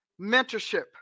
mentorship